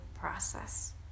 process